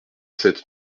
sept